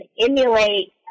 emulate